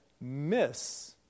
miss